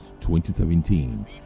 2017